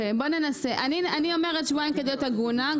אני אומרת שבועיים כדי להיות הגונה.